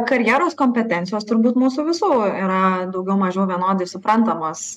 karjeros kompetencijos turbūt mūsų visų yra daugiau mažiau vienodai suprantamos